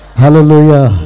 hallelujah